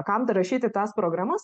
kam dar rašyti tas programas